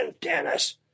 Dennis